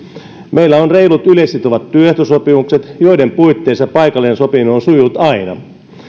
meillä on reilut yleissitovat työehtosopimukset joiden puitteissa paikallinen sopiminen on sujunut aina